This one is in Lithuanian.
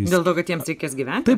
dėl to kad jiems reikės gyventi